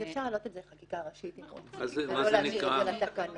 אפשר להעלות את זה לחקיקה ראשית אם רוצים ולא להשאיר את זה לתקנות.